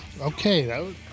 Okay